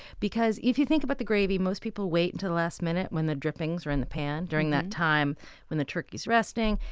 because if you think about the gravy, most people wait until the last minute when the drippings are in the pan, during that time when the turkey's resting.